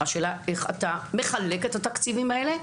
השאלה היא איך אתה מחלק את התקציבים האלה,